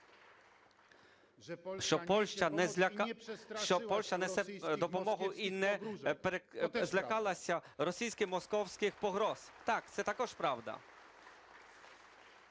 допомогу і не злякалася російських московських погроз. Так, це також правда.